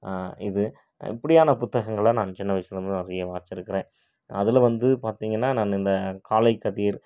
இது இப்படியான புத்தகங்கள நான் சின்ன வயசுலேந்து நிறைய வாசித்து இருக்கிறேன் அதில் வந்து பார்த்திங்கன்னா நானு இந்த காலைக்கதிர்